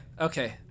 Okay